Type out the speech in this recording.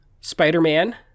Spider-Man